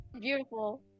beautiful